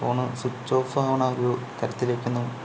phone switch off ആകുന്ന ഒരു തരത്തിലേക്കൊന്നും